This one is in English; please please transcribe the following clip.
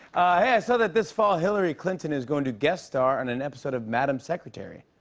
i saw that this fall, hillary clinton is going to guest-star on an episode of madam secretary.